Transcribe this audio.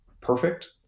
perfect